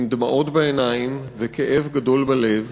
עם דמעות בעיניים וכאב גדול בלב.